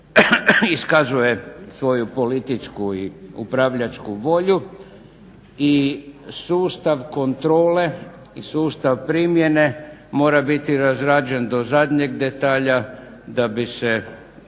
iskazuje svoju političku i upravljačku volju i sustav kontrole, sustav primjene mora biti razrađen do zadnjeg detalja, da bi se